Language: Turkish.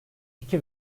iki